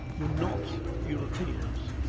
were not europeans.